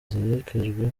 ziherekejwe